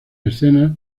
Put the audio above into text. escenas